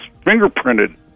fingerprinted